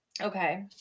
okay